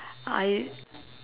I